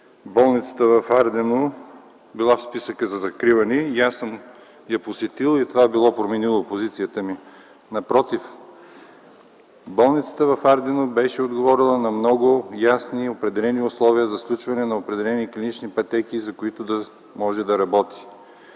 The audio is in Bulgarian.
болницата в Ардино била в списъка за закриване, сам я бил посетил и това било променило позицията ми. Напротив, болницата в Ардино беше отговорила на много ясни и определени условия за сключване на определени клинични пътеки, с които да може да работи.